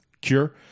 cure